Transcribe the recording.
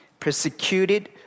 Persecuted